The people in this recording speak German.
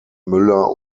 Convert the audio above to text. müller